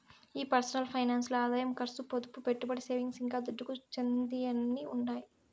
ఈ personal finance ల్ల ఆదాయం కర్సు, పొదుపు, పెట్టుబడి, సేవింగ్స్, ఇంకా దుడ్డుకు చెందినయ్యన్నీ ఉండాయి